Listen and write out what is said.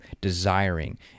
desiring